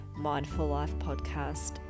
mindfullifepodcast